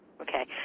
Okay